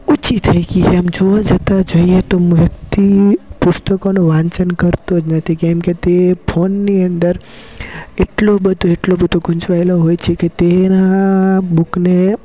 ઓછી થઈ ગઈ એમ જોવા જતાં જોઈએ તો વ્યક્તિ પુસ્તકોનું વાંચન કરતો જ નથી કેમ કે તે ફોનની અંદર એટલો બધો એટલો બધો ગુંચવાએલો હોય છે કે તેના બુકને